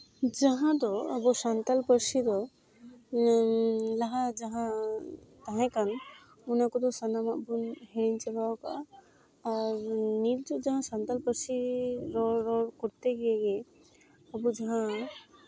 ᱡᱟᱦᱟᱸ ᱫᱚ ᱟᱵᱚ ᱥᱟᱱᱛᱟᱲ ᱯᱟᱹᱨᱥᱤ ᱫᱚ ᱞᱟᱦᱟ ᱡᱟᱦᱟᱸ ᱛᱟᱦᱮᱸ ᱠᱟᱱ ᱚᱱᱟ ᱠᱚᱫᱚ ᱥᱟᱱᱟᱢᱟᱜ ᱵᱚᱱ ᱦᱤᱲᱤᱧ ᱪᱟᱵᱟ ᱠᱟᱜᱼᱟ ᱟᱨ ᱱᱤᱛᱚᱜ ᱡᱟᱦᱟᱸ ᱥᱟᱱᱛᱟᱲ ᱯᱟᱹᱨᱥᱤ ᱨᱚᱨᱚᱲ ᱠᱚᱨᱛᱮ ᱜᱤᱭᱮ ᱟᱵᱚ ᱡᱟᱦᱟᱸ